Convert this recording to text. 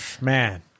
Man